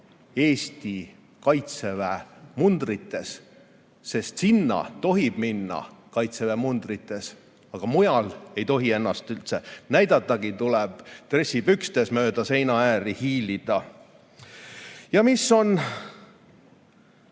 Eesti Kaitseväe mundris, sest sinna tohib minna Kaitseväe mundris, aga mujal ei tohi ennast üldse näidata, tuleb dressipükstes mööda seinaääri hiilida. Ja on